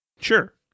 Sure